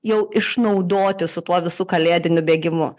jau išnaudoti su tuo visu kalėdiniu bėgimu